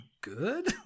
good